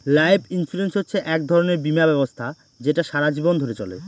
life insurance হচ্ছে এক ধরনের বীমা ব্যবস্থা যেটা সারা জীবন ধরে চলে